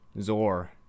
zor